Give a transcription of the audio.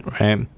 Right